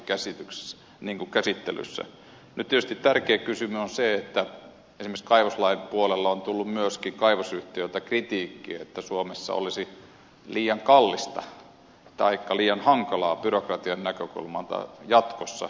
nyt tietysti tärkeä kysymys on se että esimerkiksi kaivoslain puolella on tullut myöskin kaivosyhtiöiltä kritiikkiä että suomessa olisi liian kallista taikka liian hankalaa byrokratian näkökulmasta jatkossa tehdä kaivostoimintaa